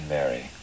Mary